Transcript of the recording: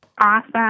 Awesome